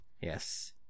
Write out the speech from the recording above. Yes